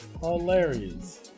Hilarious